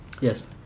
Yes